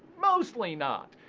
mostly not.